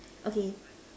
okay